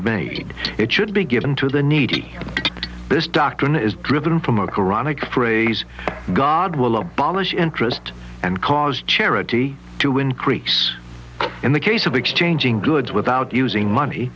baited it should be given to the needy this doctrine is driven from a qur'anic phrase god will abolish interest and cause charity to win creaks in the case of exchanging goods without using money